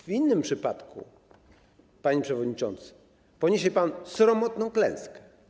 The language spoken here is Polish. W innym przypadku, panie przewodniczący, poniesie pan sromotną klęskę.